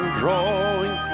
drawing